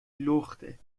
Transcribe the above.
لخته